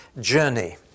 journey